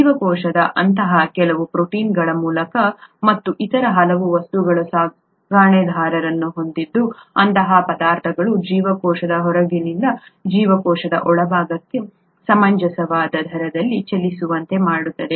ಜೀವಕೋಶದ ಅಂತಹ ಕೆಲವು ಪ್ರೋಟೀನ್ಗಳ ಮೂಲಕ ಮತ್ತು ಇತರ ಹಲವು ವಸ್ತುಗಳು ಸಾಗಣೆದಾರರನ್ನು ಹೊಂದಿದ್ದು ಅಂತಹ ಪದಾರ್ಥಗಳು ಜೀವಕೋಶದ ಹೊರಗಿನಿಂದ ಜೀವಕೋಶದ ಒಳಭಾಗಕ್ಕೆ ಸಮಂಜಸವಾದ ದರದಲ್ಲಿ ಚಲಿಸುವಂತೆ ಮಾಡುತ್ತದೆ